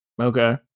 Okay